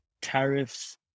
tariffs